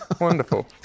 wonderful